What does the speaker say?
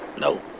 No